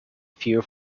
fewer